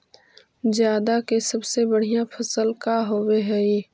जादा के सबसे बढ़िया फसल का होवे हई?